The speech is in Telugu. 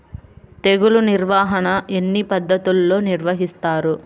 తెగులు నిర్వాహణ ఎన్ని పద్ధతుల్లో నిర్వహిస్తారు?